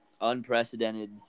unprecedented